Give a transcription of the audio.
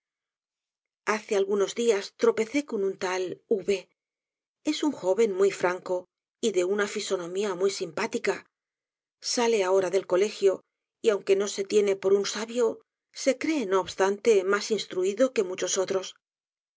hace algunos días tropecé con un tal v es un joven muy franco y de una fisonomía muy simpática sale ahora del colegio y aunque no se tiene por un sabio se cree no obstante mas instruido que muchos